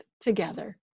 together